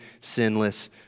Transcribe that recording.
sinless